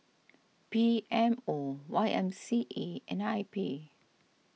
P M O Y M C A and I P